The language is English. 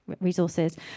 resources